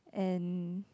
and